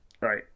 Right